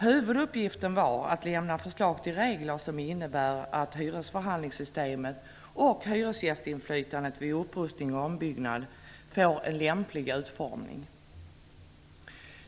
Huvuduppgiften var att lämna förslag till regler som innebär att hyresförhandlingssystemet och hyresgästinflytandet vid upprustning och ombyggnad får en lämplig utformning.